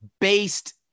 based